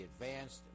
Advanced